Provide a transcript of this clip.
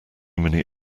many